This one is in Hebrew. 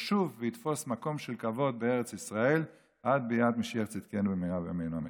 ישוב ויתפוס מקום של כבוד בארץ ישראל עד ביאת משיח צדקנו במהרה בימינו,